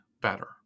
better